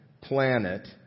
planet